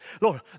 Lord